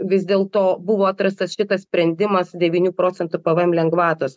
vis dėlto buvo atrastas šitas sprendimas devynių procentų pvm lengvatos